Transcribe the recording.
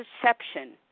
perception